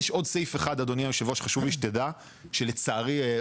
יש עוד סעיף אחד שחשוב לי שתדע שהוא הושמט,